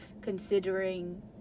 considering